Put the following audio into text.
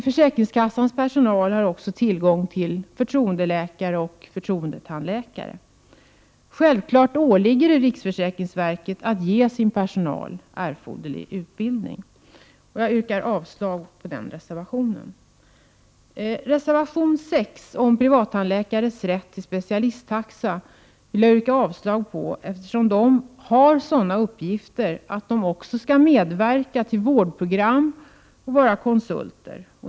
Försäkringskassornas personal har också tillgång till förtroendeläkare och förtroendetandläkare. Självfallet åligger det riksförsäkringsverket att ge sin personal erforderlig utbildning. Jag yrkar därför avslag på den reservationen. Reservation 6 om privattandläkares rätt till specialisttaxa yrkar jag avslag på, eftersom dessa har sådana uppgifter att de också kan medverka till vårdprogram och vara konsulter.